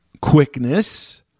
quickness